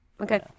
Okay